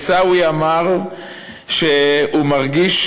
עיסאווי אמר שהוא מרגיש,